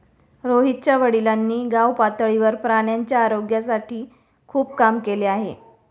रोहितच्या वडिलांनी गावपातळीवर प्राण्यांच्या आरोग्यासाठी खूप काम केले आहे